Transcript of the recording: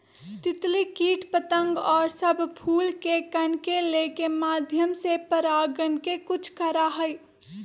तितली कीट पतंग और सब फूल के कण के लेके माध्यम से परागण के कुछ करा हई